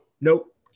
Nope